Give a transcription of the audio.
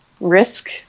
risk